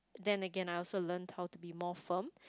then Again I also learnt how to be more firm